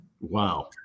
Wow